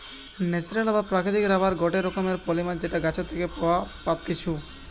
natural বা প্রাকৃতিক rubber গটে রকমের পলিমার যেটা গাছের থেকে পাওয়া পাত্তিছু